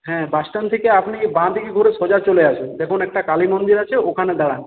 হ্যাঁ বাসস্ট্যান্ড থেকে আপনি বাঁদিকে ঘুরে সোজা চলে আসুন দেখুন একটা কালী মন্দির আছে ওখানে দাঁড়ান